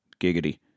Giggity